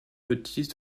notice